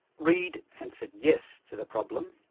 reid answered yes to the problem,